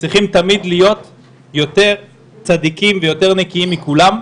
צריכים תמיד להיות יותר צדיקים ויותר נקיים מכולם.